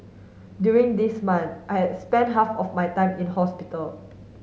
during these month I had spent half my time in hospital